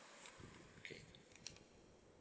okay